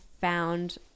found